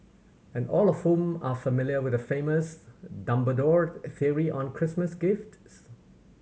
and all of whom are familiar with the famous Dumbledore theory on Christmas gifts